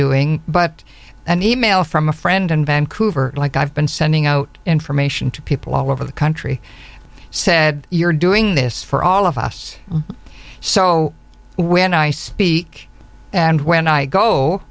doing but an e mail from a friend in vancouver like i've been sending out information to people all over the country said you're doing this for all of us so when i speak and when i go